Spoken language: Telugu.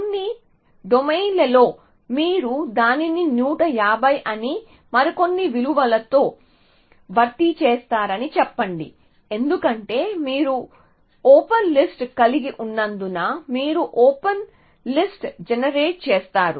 కొన్ని డొమైన్లలో మీరు దానిని 150 మరియు మరికొన్ని విలువలతో భర్తీ చేస్తారని చెప్పండి ఎందుకంటే మీరు ఓపెన్ లిస్ట్ కలిగి ఉన్నందున మీరు ఓపెన్ లిస్ట్ జనరేట్ చేస్తారు